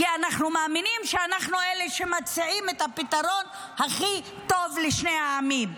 כי אנחנו מאמינים שאנחנו אלה שמציעים את הפתרון הכי טוב לשני העמים.